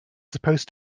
supposed